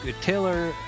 Taylor